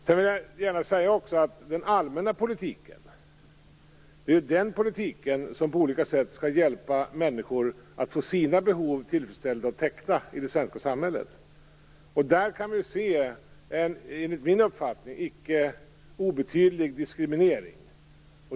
Det är den allmänna politiken som på olika sätt skall hjälpa människor att få sina behov täckta i det svenska samhället. Enligt min uppfattning kan man se en icke obetydlig diskriminering.